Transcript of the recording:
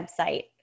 website